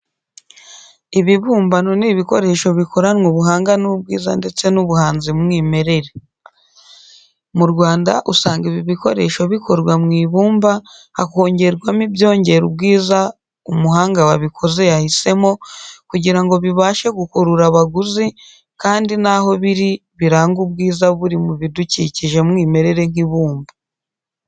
Ibibumbano ni ibikoresho bikoranwa ubuhanga n'ubwiza ndetse n'ubuhanzi mwimerere. Mu Rwanda usanga ibi bikoresho bikorwa mu ibumba hakongerwaho ibyongera ubwiza umuhanga wabikoze yahisemo, kugira ngo bibashe gukurura abaguzi Kandi naho biri birange ubwiza buri mu bidukikije mwimerere nk'ibumba.